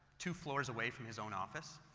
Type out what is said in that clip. two floors away from his own office